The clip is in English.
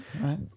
right